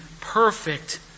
perfect